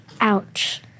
Ouch